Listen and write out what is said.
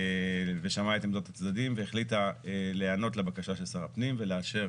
ושמעה את עמדות הצדדים והחליטה להיענות לבקשה של שר הפנים ולאשר